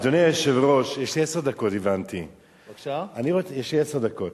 אדוני היושב-ראש, הבנתי שיש לי עשר דקות.